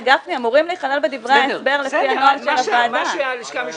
זה מה שאמור להיות בדפי ההסבר לפי נוהל שלנו,